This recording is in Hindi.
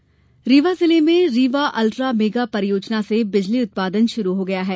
अल्ट्रा मेगा रीवा जिले में रीवा अल्ट्रा मेगा परियोजना से बिजली उत्पादन शुरू हो गया है